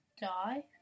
die